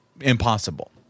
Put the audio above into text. impossible